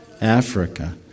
Africa